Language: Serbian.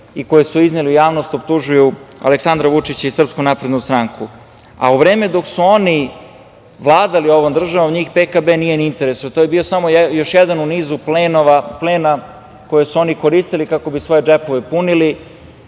i koje su izneli u javnost optužuju Aleksandra Vučića i SNS.U vreme dok su oni vladali ovom državom njih PKB nije ni interesovao. To je bio samo još jedan u nizu plena koji su oni koristili kako bi svoje džepove punili,